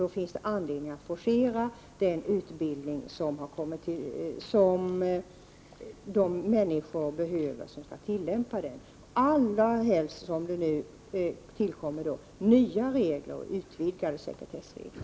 Därför finns det all anledning att forcera arbetet med den utbildning som de människor behöver som har att tillämpa lagen — allra helst som det nu kommer nya och utvidgade sekretessregler.